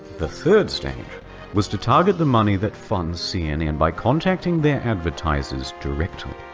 the third stage was to target the money that funds cnn by contacting their advertisers directly.